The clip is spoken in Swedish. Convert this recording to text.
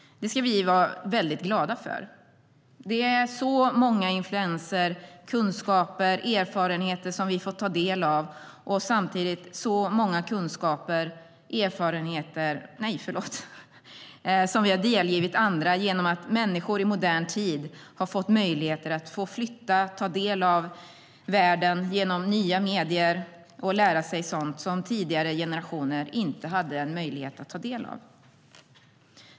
Det ska vi vara väldigt glada för. Det är så många influenser, kunskaper och erfarenheter som vi får ta del av och som vi har delgivit andra genom att människor i modern tid har fått möjligheter att flytta, ta del av världen genom nya medier och lära sig sådant som tidigare generationer inte hade möjlighet att göra.